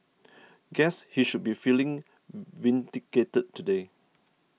guess he should be feeling vindicated today